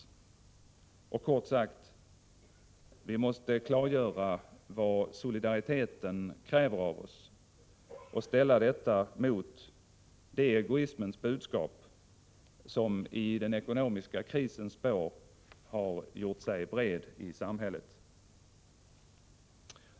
Vi måste kort sagt klargöra vad solidariteten kräver av oss och ställa detta mot det egoismens budskap som i den ekonomiska krisens spår har gjort sig brett i samhället.